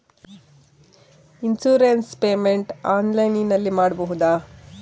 Insurance payment ಆನ್ಲೈನಿನಲ್ಲಿ ಮಾಡಬಹುದಾ?